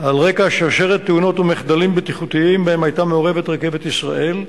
על רקע שרשרת תאונות ומחדלים בטיחותיים שבהם היתה מעורבת רכבת ישראל.